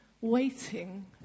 waiting